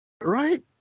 Right